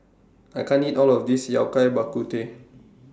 I can't eat All of This Yao Cai Bak Kut Teh